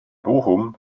bochum